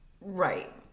Right